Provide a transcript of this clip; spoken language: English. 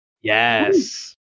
Yes